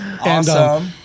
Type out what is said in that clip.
Awesome